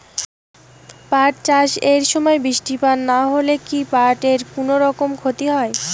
পাট চাষ এর সময় বৃষ্টিপাত না হইলে কি পাট এর কুনোরকম ক্ষতি হয়?